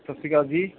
ਸਤਿ ਸ਼੍ਰੀ ਅਕਾਲ ਜੀ